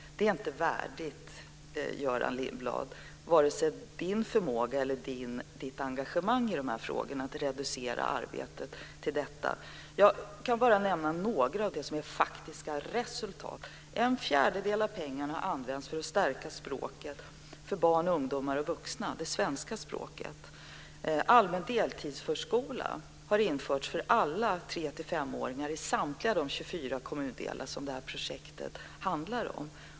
Det är inte värdigt Göran Lindblads förmåga eller engagemang i de här frågorna att reducera arbetet till detta. Jag kan nämna några av de faktiska resultaten. En fjärdedel av pengarna har använts för att stärka det svenska språket för barn och ungdomar och vuxna. Allmän deltidsförskola har införts för alla 3-5-åringar i samtliga de 24 kommundelar som det här projektet omfattar.